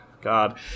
God